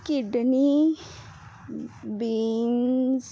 kidney beans